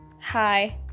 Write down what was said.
Hi